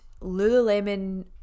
Lululemon